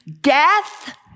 Death